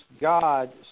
God